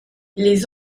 les